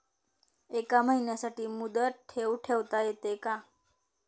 एका महिन्यासाठी मुदत ठेव ठेवता येते का?